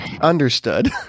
understood